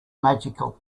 magical